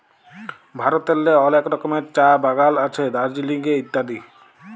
ভারতেল্লে অলেক রকমের চাঁ বাগাল আছে দার্জিলিংয়ে ইত্যাদি